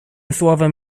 słowem